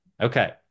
Okay